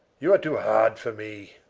you are too hard for me